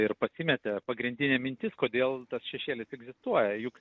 ir pasimetė pagrindinė mintis kodėl tas šešėlis egzsistuoja juk